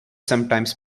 sometimes